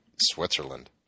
Switzerland